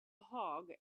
hog